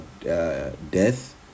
death